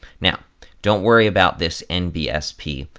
now don't worry about this nbsp.